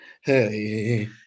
hey